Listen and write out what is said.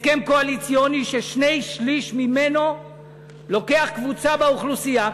הסכם קואליציוני ששני-שלישים ממנו לוקח קבוצה באוכלוסייה,